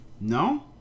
No